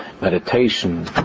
meditation